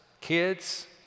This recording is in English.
Kids